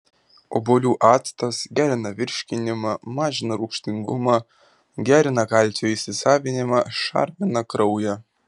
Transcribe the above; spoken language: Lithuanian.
obuolių actas gerina virškinimą mažina rūgštingumą gerina kalcio įsisavinimą šarmina kraują